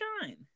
shine